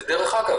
דרך-אגב,